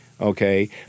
Okay